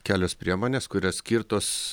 kelios priemonės kurios skirtos